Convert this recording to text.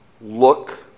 look